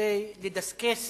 כדי לדסקס